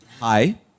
hi